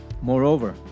Moreover